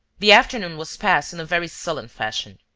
the afternoon was passed in a very sullen fashion.